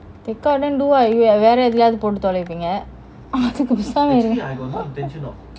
take out then வேற எண்ணத்துலயாவுது போடு தொலைவிங்க:vera yeathulayaavuthu potu tholaivinga